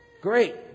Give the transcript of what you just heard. Great